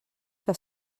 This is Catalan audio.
que